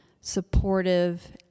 supportive